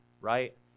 right